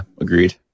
agreed